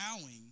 bowing